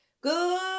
Good